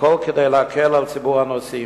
הכול כדי להקל על ציבור הנוסעים.